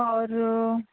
ਔਰ